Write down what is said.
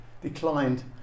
declined